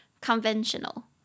Conventional